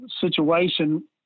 situation